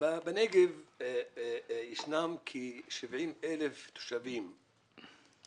בנגב יש כ-70,000 תושבים שמוגדרים ברשומות המדינה